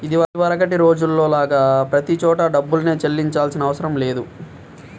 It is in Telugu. ఇదివరకటి రోజుల్లో లాగా ప్రతి చోటా డబ్బుల్నే చెల్లించాల్సిన అవసరం లేదు